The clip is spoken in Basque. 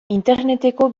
interneteko